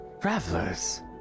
Travelers